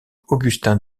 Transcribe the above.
augustin